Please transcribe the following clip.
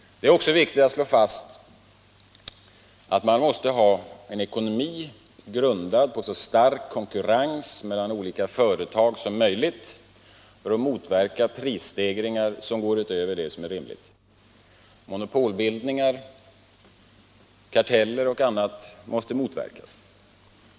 Det är också viktigt att slå fast att man måste ha en ekonomi grundad på så stark konkurrens mellan olika företag som möjligt för att motverka prisstegringar som går utöver det som är rimligt. Monopolbildningar, karteller och annat måste motverkas.